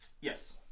Yes